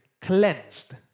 cleansed